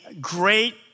great